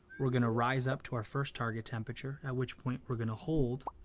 we're gonna rise up to our first target temperature, at which point we're gonna hold.